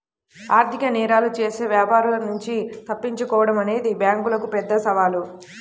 ఆర్థిక నేరాలు చేసే వ్యాపారుల నుంచి తప్పించుకోడం అనేది బ్యేంకులకు పెద్ద సవాలు